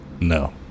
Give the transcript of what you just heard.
No